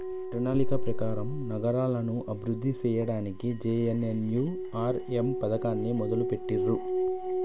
ప్రణాళిక ప్రకారం నగరాలను అభివృద్ధి సేయ్యడానికి జే.ఎన్.ఎన్.యు.ఆర్.ఎమ్ పథకాన్ని మొదలుబెట్టిర్రు